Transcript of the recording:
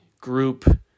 group –